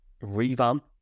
revamp